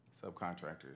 subcontractors